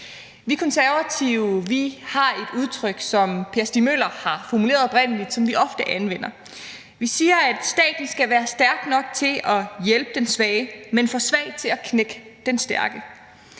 Vi Konservative har et udtryk, som Per Stig Møller oprindelig har formuleret, og som vi ofte anvender. Vi siger, at staten skal være stærk nok til at hjælpe den svage, men for svag til at knække den stærke.